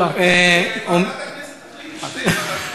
הוא יכול להציע או ועדה, הפנים.